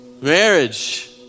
Marriage